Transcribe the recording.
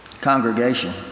Congregation